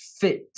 fit